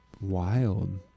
Wild